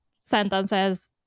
sentences